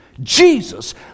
Jesus